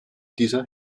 dieser